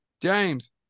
James